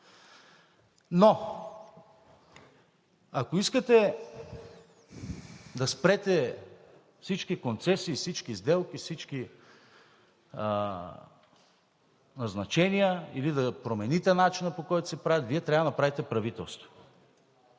Но ако искате да спрете всички концесии, всички сделки, всички назначения или да промените начина, по който се прави, Вие трябва да направите правителство,